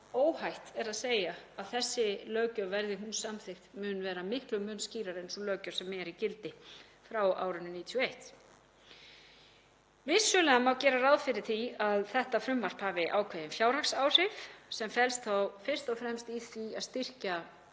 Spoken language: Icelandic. óhætt er að segja að þessi löggjöf, verði hún samþykkt, mun vera miklum mun skýrari en sú löggjöf sem er í gildi frá árinu 1991. Vissulega má gera ráð fyrir því að þetta frumvarp hafi ákveðin fjárhagsáhrif sem felast þá fyrst og fremst í því að styrkja það